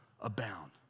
abound